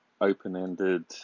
open-ended